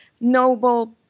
noble